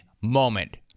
moment